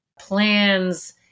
plans